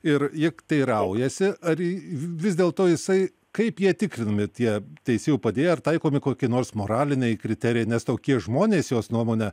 ir ji teiraujasi ar vis dėl to jisai kaip jie tikrinami tie teisėjų padėjėjai ar taikomi kokie nors moraliniai kriterijai nes tokie žmonės jos nuomone